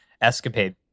escapade